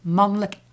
mannelijk